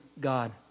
God